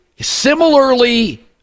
similarly